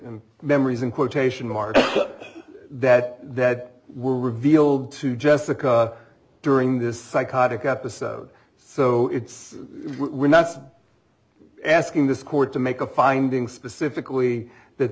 and memories in quotation marks that that were revealed to jessica during this psychotic episode so it's one that's asking this court to make a finding specifically that